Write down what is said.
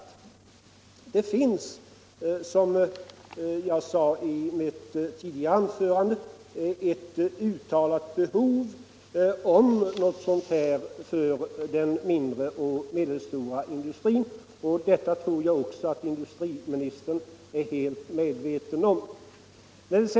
Det finns, som jag sade i mitt tidigare anförande, ett uttalat behov av något sådant för den mindre och medelstora industrin. Det tror jag också att industriministern är helt medveten om.